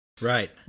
Right